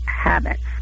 Habits